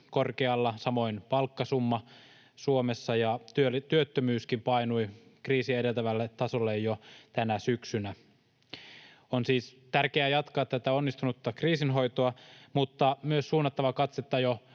ennätyskorkealla, samoin palkkasumma Suomessa, ja työttömyyskin painui kriisiä edeltävälle tasolle jo tänä syksynä. On siis tärkeää jatkaa tätä onnistunutta kriisin hoitoa, mutta myös suunnattava katsetta jo